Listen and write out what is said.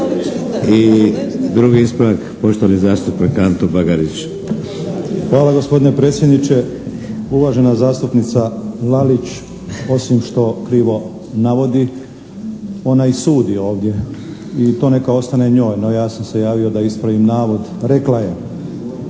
I drugi ispravak poštovani zastupnik Anto Bagarić. **Bagarić, Anto (HDZ)** Hvala gospodine predsjedniče. Uvažena zastupnica Lalić osim što krivo navodi ona i sudi ovdje i to neka ostane njoj, no ja sam se javio da ispravim navod. Rekla je